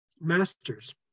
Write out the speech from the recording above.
masters